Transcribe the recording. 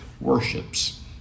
worships